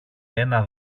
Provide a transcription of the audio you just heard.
ένα